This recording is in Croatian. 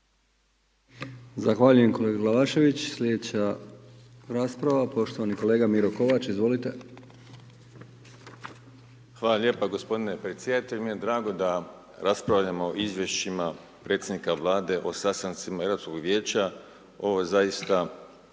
Hvala lijepa gospodine predsjedatelju, meni je drago da raspravljamo o izvješćima predsjednika Vlade o sastancima Europskog vijeća ovo je zaista